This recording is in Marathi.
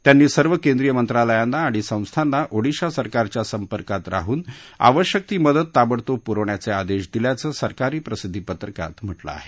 त्यांनी सर्व केंद्रिय मंत्रालयांना आणि संस्थांना ओडिशा सरकारच्या संपर्कात राहून आवश्यक ती मदत ताबडतोब पुरवण्याचे आदेश दिल्याच सरकारी प्रसिद्धी पत्रकात म्हटलं आहे